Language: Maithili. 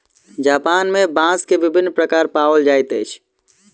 जापान में बांस के विभिन्न प्रकार पाओल जाइत अछि